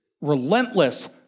relentless